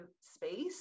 space